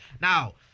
Now